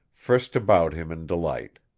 frisked about him in delight.